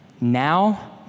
now